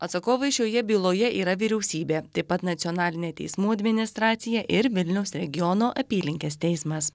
atsakovai šioje byloje yra vyriausybė taip pat nacionalinė teismų administracija ir vilniaus regiono apylinkės teismas